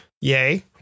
Yay